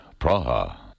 Praha